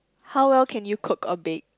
how well can you cook or bake